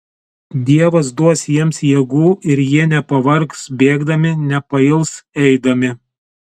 dievas duos jiems jėgų ir jie nepavargs bėgdami nepails eidami